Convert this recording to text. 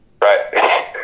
Right